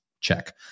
check